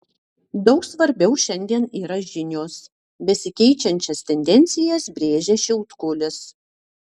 daug svarbiau šiandien yra žinios besikeičiančias tendencijas brėžia šiautkulis